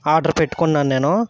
order పెట్టుకున్నాను నేను